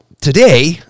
today